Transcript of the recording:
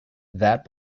that